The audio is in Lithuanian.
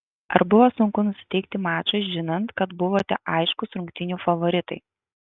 ar buvo sunku nusiteikti mačui žinant kad buvote aiškūs rungtynių favoritai